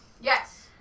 Yes